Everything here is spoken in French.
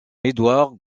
édouard